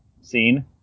seen